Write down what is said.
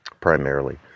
primarily